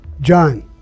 John